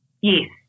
Yes